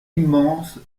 immense